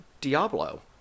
Diablo